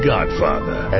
Godfather